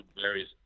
various